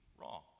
wrong